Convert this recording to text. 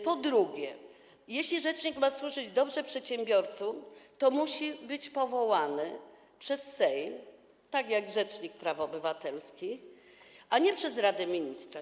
Po drugie, jeśli rzecznik ma dobrze służyć przedsiębiorcom, to musi być powołany przez Sejm, tak jak rzecznik praw obywatelskich, a nie przez Radę Ministrów.